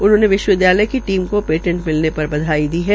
उन्होंने विश्वविद्यालय की टीम को ेटेंट मिलने के बाद बधाई दी है